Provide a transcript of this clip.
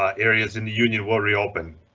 um areas in the union will reopen.